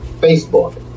Facebook